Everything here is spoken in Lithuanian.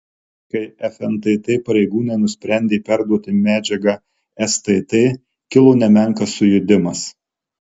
kai fntt pareigūnai nusprendė perduoti medžiagą stt kilo nemenkas sujudimas